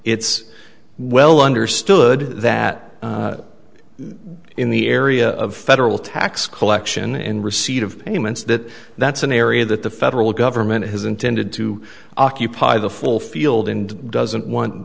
it's well understood that in the area of federal tax collection in receipt of payments that that's an area that the federal government has intended to occupy the full field and doesn't want